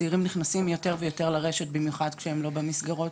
צעירים נכנסים יותר ויותר לרשת במיוחד שהם לא במסגרות,